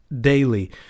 daily